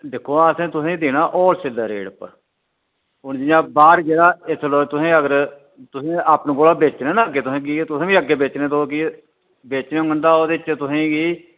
दिक्खो अस तुसेंगी देना होल सेल रेट उप्पर हुन जियां बाहर जेह्ड़ा इसलै अगर तुसें अपने कोला बेचने ना अग्गै तुसें कि तुसें बी अग्गै बेचने तुस कि बेचने होंगन तां ओह्दे च तुसेंगी